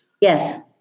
Yes